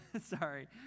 Sorry